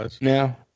Now